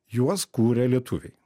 juos kūrė lietuviai